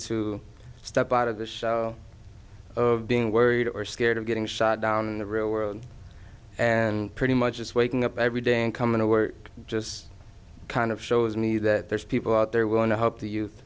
to step out of the shell of being worried or scared of getting shot down in the real world and pretty much just waking up every day and coming to work just kind of shows me that there's people out there willing to help the youth